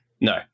No